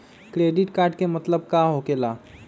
Credit card के मतलब का होकेला?